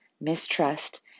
mistrust